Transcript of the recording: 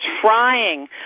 trying